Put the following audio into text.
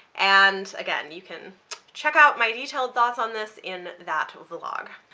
and again you can check out my detailed thoughts on this in that vlog.